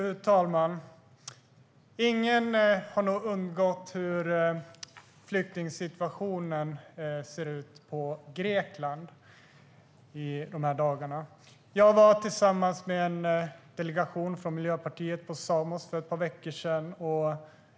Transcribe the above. Fru talman! Ingen har nog undgått hur flyktingsituationen ser ut i Grekland i dessa dagar. Jag var tillsammans med en delegation från Miljöpartiet på Samos för ett par veckor sedan.